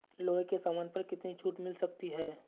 लोहे के सामान पर कितनी छूट मिल सकती है